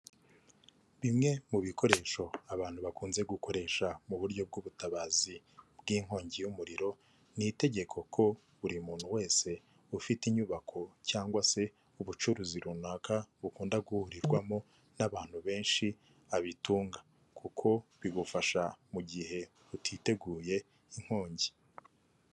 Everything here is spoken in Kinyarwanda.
Bimwe mu bikoresho abantu bakunze gukoresha mu buryo bw'ubutabazi bw'inkongi y'umuriro, ni itegeko ko buri muntu wese ufite inyubako cyangwa se ubucuruzi runaka bukunda guhurirwamo n'abantu benshi abitunga kuko bigufasha mu gihe utiteguye inkongi.